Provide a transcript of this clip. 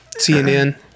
CNN